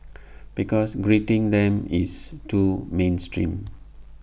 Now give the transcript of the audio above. because greeting them is too mainstream